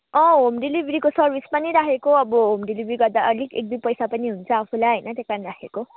अँ होम डेलिभरीको सर्भिस पनि राखेको अब होम डेलिभरी गर्दा अलिक एक दुई पैसा पनि हुन्छ आफूलाई होइन त्यही कारण राखेको